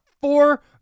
four